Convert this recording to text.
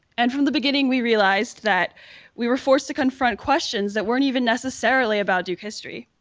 and from the beginning, we realized that we were forced to confront questions that weren't even necessarily about duke history,